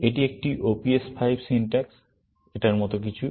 এটি একটি OPS5 syntax এটার মতো কিছু